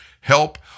help